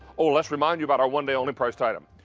oh, let's remind you about our one day only priced item.